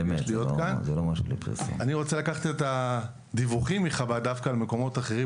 אני רוצה לקחת את הדיווחים מחב"ד דווקא על מקומות אחרים,